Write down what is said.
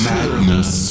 Madness